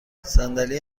صندلی